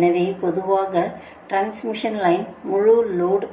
எனவே பொதுவாக transmission line முழு லோடு